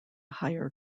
higher